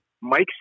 Mike